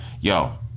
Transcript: Yo